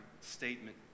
statement